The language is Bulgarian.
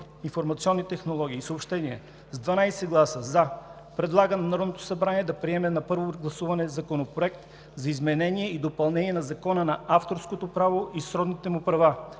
информационни технологии и съобщения с 12 гласа „за“ предлага на Народното събрание да приеме на първо гласуване Законопроект за изменение и допълнение на Закона за авторското право и сродните му права,